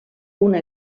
una